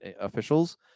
officials